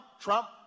Trump